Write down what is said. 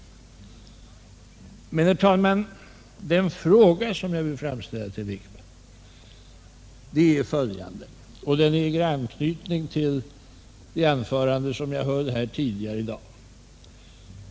Herr talman! Den fråga jag vill framställa till herr Wickman äger anknytning till det anförande jag höll tidigare i dag.